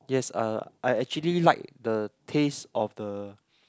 yes uh I actually like the taste of the